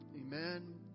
Amen